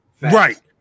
Right